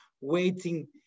waiting